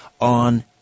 on